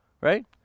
Right